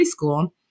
preschool